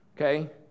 okay